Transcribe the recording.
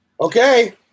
Okay